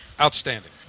Outstanding